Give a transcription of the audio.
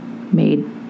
made